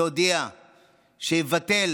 שהודיע שיבטל